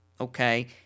okay